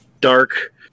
dark